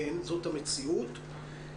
זאת המציאות.